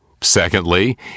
Secondly